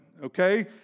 Okay